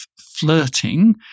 flirting